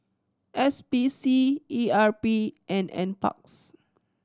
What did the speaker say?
S P C E R P and Nparks